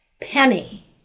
Penny